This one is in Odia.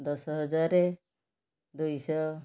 ଦଶ ହଜାର ଦୁଇଶହ